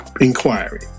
inquiry